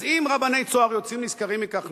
אז אם רבני "צהר" יוצאים נשכרים מכך,